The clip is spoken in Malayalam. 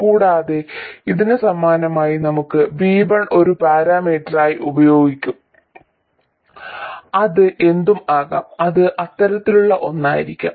കൂടാതെ ഇതിന് സമാനമായി നമുക്ക് V1 ഒരു പാരാമീറ്ററായി ഉണ്ടായിരിക്കും അത് എന്തും ആകാം അത് അത്തരത്തിലുള്ള ഒന്നായിരിക്കാം